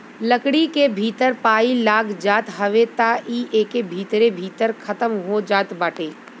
लकड़ी के भीतर पाई लाग जात हवे त इ एके भीतरे भीतर खतम हो जात बाटे